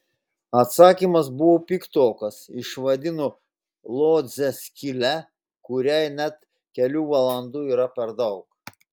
atsakymas buvo piktokas išvadino lodzę skyle kuriai net kelių valandų yra per daug